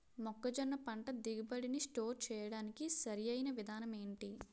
మొక్కజొన్న పంట దిగుబడి నీ స్టోర్ చేయడానికి సరియైన విధానం ఎంటి?